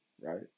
Right